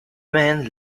man